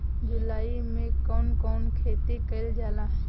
जुलाई मे कउन कउन खेती कईल जाला?